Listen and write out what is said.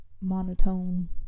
Monotone